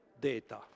data